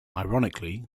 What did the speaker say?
ironically